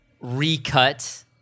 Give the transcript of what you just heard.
Recut